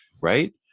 right